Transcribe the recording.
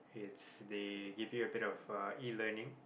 it's they give you a bit of e-learning